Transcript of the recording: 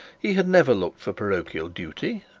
he had never looked for parochial duty,